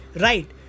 right